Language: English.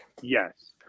Yes